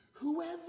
Whoever